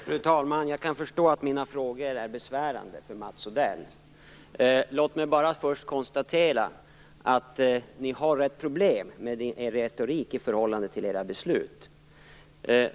Fru talman! Jag kan förstå att mina frågor är besvärande för Mats Odell. Låt mig bara först konstatera att ni har ett problem med er retorik i förhållande till era beslut.